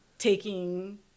Taking